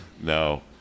no